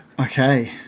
Okay